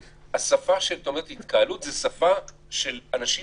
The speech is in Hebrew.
השפה שאת אומרת התקהלות זו שפה של אנשים